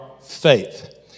faith